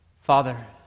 Father